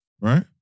right